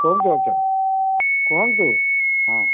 କୁହନ୍ତୁ ଅଛ କୁହନ୍ତୁ ହଁ